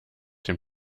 dem